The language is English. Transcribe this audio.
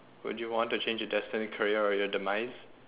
would you want to change your destined career or your demise